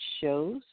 shows